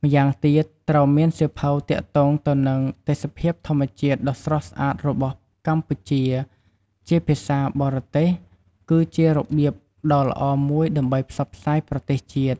ម៉្យាងទៀតត្រូវមានសៀវភៅទាក់ទងទៅនឹងទេសភាពធម្មជាតិដ៏ស្រស់ស្អាតរបស់កម្ពុជា ជាភាសាបរទេស គឺជារបៀបដ៏ល្អមួយដើម្បីផ្សព្វផ្សាយប្រទេសជាតិ។